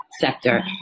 sector